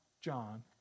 John